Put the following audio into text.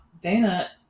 Dana